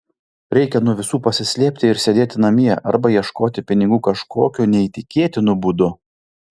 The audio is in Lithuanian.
reikia nuo visų pasislėpti ir sėdėti namie arba ieškoti pinigų kažkokiu neįtikėtinu būdu